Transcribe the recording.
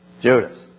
Judas